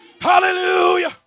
Hallelujah